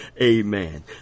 Amen